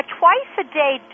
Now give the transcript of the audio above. twice-a-day